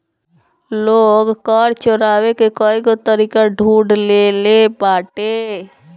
लोग कर चोरावे के कईगो तरीका ढूंढ ले लेले बाटे